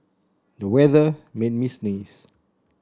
the weather made me sneeze